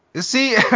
See